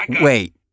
Wait